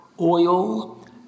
oil